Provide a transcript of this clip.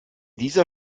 dieser